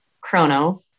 chrono